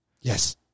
Yes